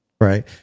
Right